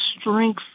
strength